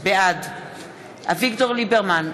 בעד אביגדור ליברמן,